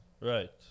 Right